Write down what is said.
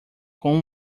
com